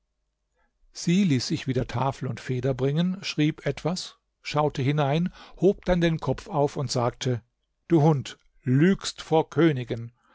sie ließ sich wieder tafel und feder bringen schrieb etwas schaute hinein hob dann den kopf auf und sagte du hund lügst vor königen